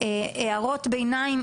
הערות ביניים,